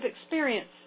experience